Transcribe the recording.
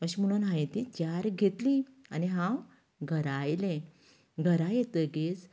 अशें म्हणून हांयेन तीं चार घेतलीं आनी हांव घरा आयलें घरा येतगीच